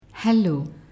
Hello